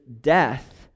death